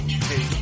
Hey